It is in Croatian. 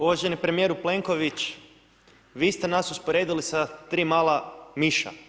Uvaženi premijeru Plenković, vi ste nas usporedili sa tri mala miša.